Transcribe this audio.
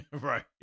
Right